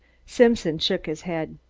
simpson shook his head.